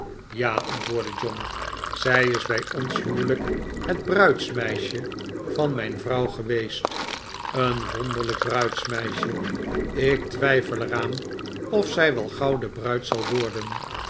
ja antwoordde john zij is bij bns huwelijk het bruidsmeisje van mijn vrouw geweest een wonderlijk bruidsmeisje ik twijfel er aan of zij wel gauw de bruid zal worden